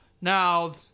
Now